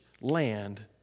land